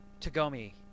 Tagomi